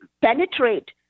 penetrate